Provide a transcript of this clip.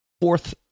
fourth